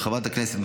של חברת הכנסת,